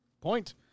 point